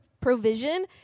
provision